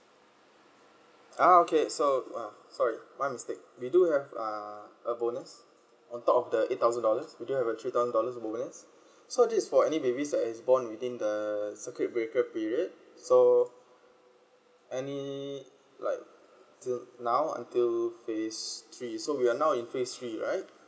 oh okay so uh sorry my mistake we do have uh bonus on top of the eight thousand dollars we do have three thousand dollars bonus so that is for any baby that is born within the the circuit breaker period so any like till now until phase three so we are now in phase three right